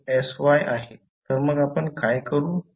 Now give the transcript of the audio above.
तर मग आपण काय करू